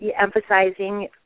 emphasizing